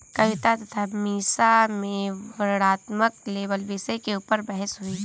कविता तथा मीसा में वर्णनात्मक लेबल विषय के ऊपर बहस हुई